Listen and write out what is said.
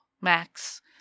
max